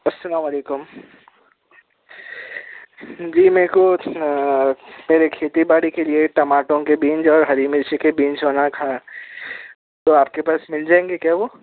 السلام علیکم جی میرے کو پہلے کھیتی باڑی کے لئے ٹماٹروں کی بینس اور ہری مرچ کے بینس وغیرہ کے کھا تو آپ کے پاس مل جایئں گے کیا وہ